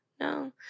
No